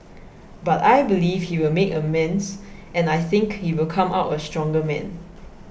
but I believe he will make amends and I think he will come out a stronger man